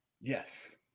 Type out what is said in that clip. yes